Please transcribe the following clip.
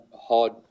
hard